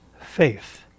faith